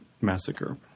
Massacre